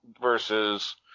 versus